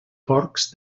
porcs